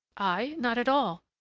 i? not at all.